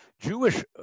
Jewish